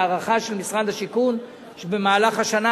וההערכה של משרד השיכון היא שבמהלך השנה